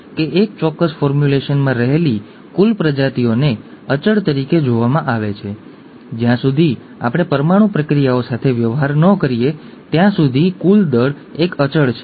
તે વ્યક્તિ અચોન્ડ્રોપ્લાસિયા ધરાવે છે તે એક પ્રકારનો વામનવાદ છે